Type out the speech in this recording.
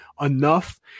enough